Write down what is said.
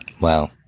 Wow